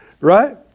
Right